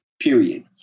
period